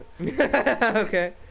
Okay